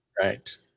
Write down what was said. Right